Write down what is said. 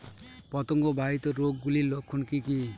পতঙ্গ বাহিত রোগ গুলির লক্ষণ কি কি?